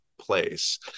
place